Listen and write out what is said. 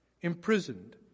imprisoned